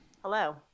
Hello